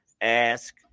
ask